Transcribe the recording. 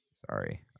sorry